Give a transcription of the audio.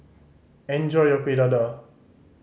enjoy your Kuih Dadar